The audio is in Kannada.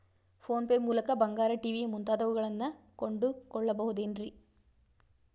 ಫೋನ್ ಪೇ ಮೂಲಕ ಬಂಗಾರ, ಟಿ.ವಿ ಮುಂತಾದವುಗಳನ್ನ ಕೊಂಡು ಕೊಳ್ಳಬಹುದೇನ್ರಿ?